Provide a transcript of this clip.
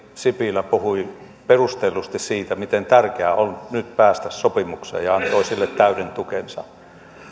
sipilä puhui perustellusti siitä miten tärkeää on nyt päästä sopimukseen ja antoi sille täyden tukensa